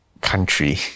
country